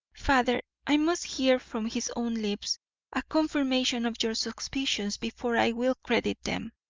father, i must hear from his own lips a confirmation of your suspicions before i will credit them.